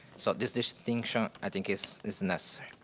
so this distinction i think is is necessary.